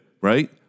right